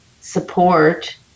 support